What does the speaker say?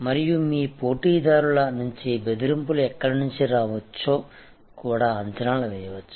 మరియు మీ పోటీదారుల నుంచి బెదిరింపులు ఎక్కడ నుండి రావచ్చో కూడా అంచనాలు చేయవచ్చు